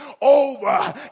over